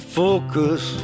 focus